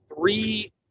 three